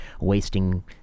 wasting